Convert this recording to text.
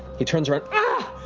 he turns around, ah!